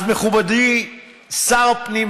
אז מכובדי שר הפנים,